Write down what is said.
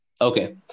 Okay